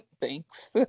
Thanks